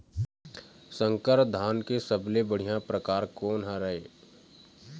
संकर धान के सबले बढ़िया परकार कोन हर ये?